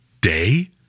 day